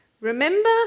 Remember